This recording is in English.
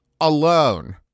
alone